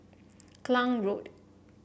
Klang Road